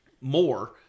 more